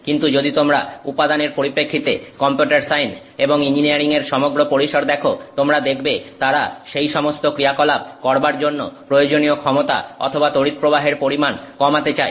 কিন্তু যদি তোমরা উপাদানের পরিপ্রেক্ষিতে কম্পিউটার সায়েন্স এবং ইঞ্জিনিয়ারিং এর সমগ্র পরিসর দেখো তোমরা দেখবে তারা সেই সমস্ত ক্রিয়া কলাপ করবার জন্য প্রয়োজনীয় ক্ষমতা অথবা তড়িৎ প্রবাহের পরিমাণ কমাতে চায়